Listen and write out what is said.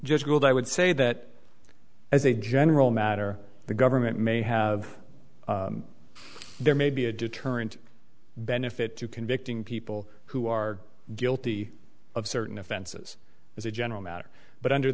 just ruled i would say that as a general matter the government may have there may be a deterrent benefit to convicting people who are guilty of certain offenses as a general matter but under